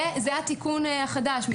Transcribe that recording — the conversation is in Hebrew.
זה התיקון החדש מלפני כמעט שנה.